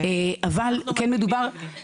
אבל כן מדובר --- אנחנו מעדיפים מבנה.